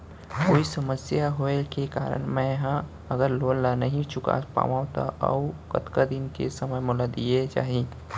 कोई समस्या होये के कारण मैं हा अगर लोन ला नही चुका पाहव त अऊ कतका दिन में समय मोल दीये जाही?